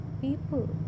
people